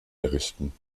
errichten